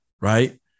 right